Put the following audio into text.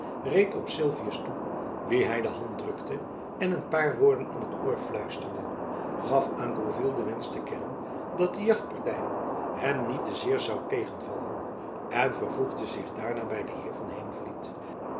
reed op sylvius toe wien hy de hand drukte en een paar woorden in t oor fluisterde gaf aan gourville den wensch te kennen dat de jachtparty hem niet te zeer zoû tegenvallen en vervoegde zich daarna by den heer van heenvliet